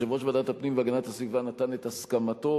יושב-ראש ועדת הפנים והגנת הסביבה נתן את הסכמתו